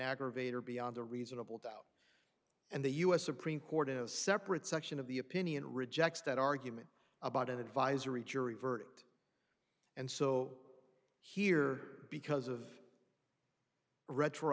aggravator beyond a reasonable doubt and the u s supreme court in a separate section of the opinion rejects that argument about an advisory jury verdict and so here because of